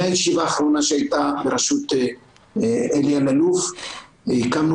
מהישיבה האחרונה שהייתה בראשות אלי אלאלוף הקמנו